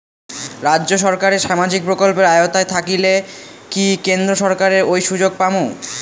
রাজ্য সরকারের সামাজিক প্রকল্পের আওতায় থাকিলে কি কেন্দ্র সরকারের ওই সুযোগ পামু?